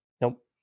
Nope